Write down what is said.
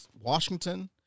Washington